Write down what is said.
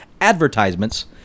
advertisements